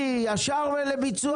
בלי יתרות, ישר לביצוע ב-1 בינואר.